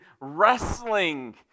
wrestling